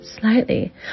slightly